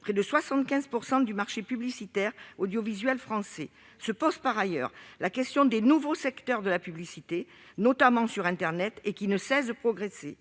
près de 75 % du marché publicitaire audiovisuel français. Se pose par ailleurs la question des nouveaux secteurs de la publicité, notamment sur internet, qui ne cessent de progresser.